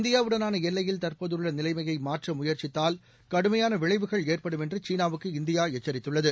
இந்தியாவுடனானஎல்லையில் தற்போதுள்ளநிலைமையமாற்றமுயற்சித்தால் கடுமையானவிளைவுகள் ஏற்படும் என்றுசீனாவுக்கு இந்தியாஎச்சரித்துள்ளது